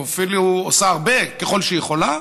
ואפילו עושה הרבה ככל שהיא יכולה,